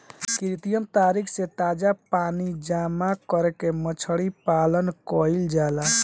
कृत्रिम तरीका से ताजा पानी जामा करके मछली पालन कईल जाला